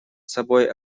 собой